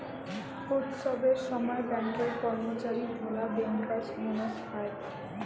উৎসবের সময় ব্যাঙ্কের কর্মচারী গুলা বেঙ্কার্স বোনাস পায়